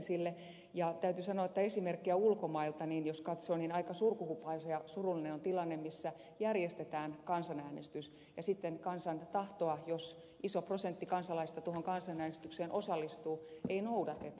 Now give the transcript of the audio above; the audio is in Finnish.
täytyy sanoa jos esimerkkejä ulkomailta katsoo että aika surkuhupaisa ja surullinen on tilanne missä järjestetään kansanäänestys ja sitten kansan tahtoa jos iso prosentti kansalaisista tuohon kansanäänestykseen osallistuu ei noudateta